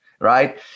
right